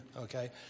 okay